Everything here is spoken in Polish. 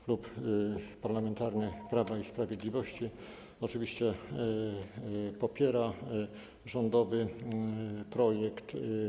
Klub Parlamentarny Prawo i Sprawiedliwość oczywiście popiera rządowy projekt.